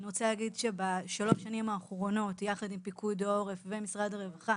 אני רוצה להגיד שבשלוש השנים האחרונות יחד עם פיקוד העורף ומשרד הרווחה